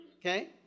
Okay